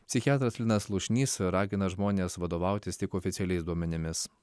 psichiatras linas slušnys ragina žmones vadovautis tik oficialiais duomenimis